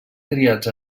triats